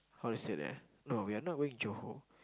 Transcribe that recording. how to said eh no we are not going Johor